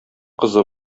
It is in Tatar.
кызы